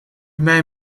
mij